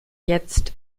jetzt